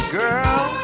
girl